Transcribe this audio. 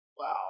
wow